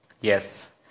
Yes